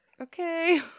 okay